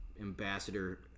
ambassador